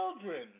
children